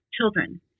children